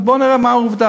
אז בואו נראה מה העובדה: